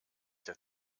der